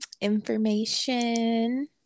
information